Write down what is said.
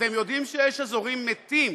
אתם יודעים שיש אזורים מתים,